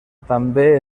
també